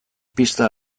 pista